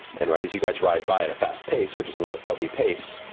and right as you guys ride by at a fast pace, which is not a stealthy pace,